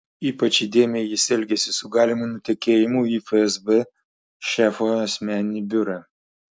ypač įdėmiai jis elgėsi su galimu nutekėjimu į fsb šefo asmeninį biurą